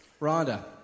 Rhonda